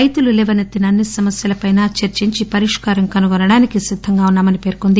రైతులు లేవనెత్తిన అన్ని సమస్యలపై చర్చించి పరిష్కారం కనుగొనడానికి సిద్దంగా వున్నా మని పేర్కొంది